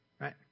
right